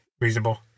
reasonable